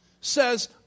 says